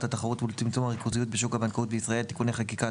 התחרות ולצמצום הריכוזיות בשוק הבנקאות בישראל (תיקוני חקיקה),